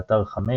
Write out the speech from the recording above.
באתר ynet,